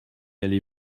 allez